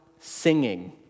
singing